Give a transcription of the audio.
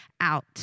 out